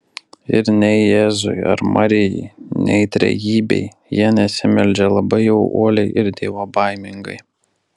ir nei jėzui ar marijai nei trejybei jie nesimeldžia labai jau uoliai ir dievobaimingai